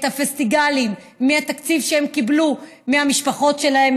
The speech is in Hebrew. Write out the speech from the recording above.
הפסטיגלים מהתקציב שהם קיבלו מהמשפחות שלהם,